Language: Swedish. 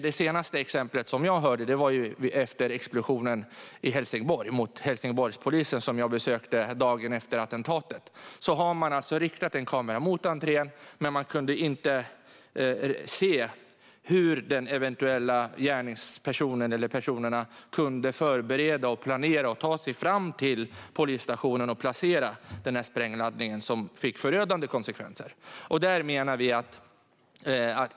Det senaste exemplet är explosionen mot Helsingborgspolisen som jag besökte dagen efter attentatet. Man hade en kamera riktad mot entrén, men man kunde inte se hur den eventuella gärningspersonen kunde förbereda, planera och ta sig fram till polisstationen för att placera sprängladdningen som fick förödande konsekvenser.